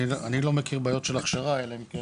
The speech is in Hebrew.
אני לא מכיר בעיות של הכשרה אלא אם כן